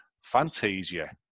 Fantasia